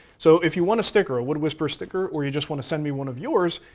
so if you want a sticker, a wood whisperer sticker, or you just want to send me one of yours,